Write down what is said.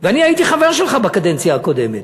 ואני הייתי חבר שלך בקדנציה הקודמת.